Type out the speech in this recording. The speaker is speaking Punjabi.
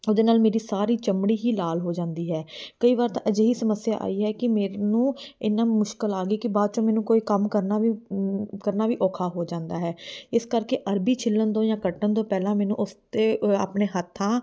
ਉਹਦੇ ਨਾਲ ਮੇਰੀ ਸਾਰੀ ਚਮੜੀ ਹੀ ਲਾਲ ਹੋ ਜਾਂਦੀ ਹੈ ਕਈ ਵਾਰ ਤਾਂ ਅਜਿਹੀ ਸਮੱਸਿਆ ਆਈ ਹੈ ਕਿ ਮੈਨੂੰ ਇੰਨਾ ਮੁਸ਼ਕਿਲ ਆ ਗਈ ਕਿ ਬਾਅਦ ਚੋਂ ਮੈਨੂੰ ਕੋਈ ਕੰਮ ਕਰਨਾ ਵੀ ਕਰਨਾ ਵੀ ਔਖਾ ਹੋ ਜਾਂਦਾ ਹੈ ਇਸ ਕਰਕੇ ਅਰਬੀ ਛਿੱਲਣ ਤੋਂ ਜਾਂ ਕੱਟਣ ਤੋਂ ਪਹਿਲਾਂ ਮੈਨੂੰ ਉਸਤੇ ਆਪਣੇ ਹੱਥਾਂ